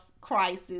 crisis